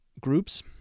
groups